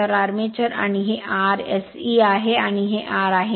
तर आर्मेचर आणि हे Rse आहे आणि हे R आहे